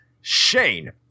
Shane